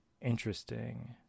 interesting